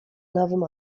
nowym